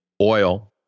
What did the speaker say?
oil